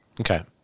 Okay